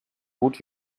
gut